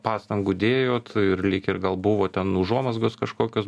pastangų dėjot ir lyg ir gal buvo ten užuomazgos kažkokios